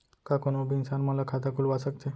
का कोनो भी इंसान मन ला खाता खुलवा सकथे?